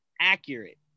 accurate